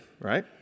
right